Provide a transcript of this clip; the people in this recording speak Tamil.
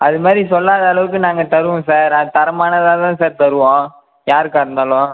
அது மாதிரி சொல்லாத அளவுக்கு நாங்கள் தருவோம் சார் அது தரமானதாக தான் சார் தருவோம் யாருக்காக இருந்தாலும்